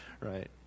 Right